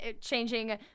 changing